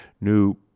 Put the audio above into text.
new